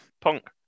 Punk